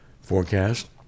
forecast